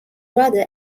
rather